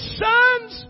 sons